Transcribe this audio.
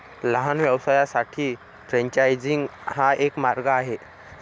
लहान व्यवसायांसाठी फ्रेंचायझिंग हा एक मार्ग आहे